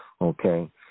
okay